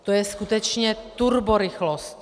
To je skutečně turborychlost!